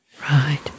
Right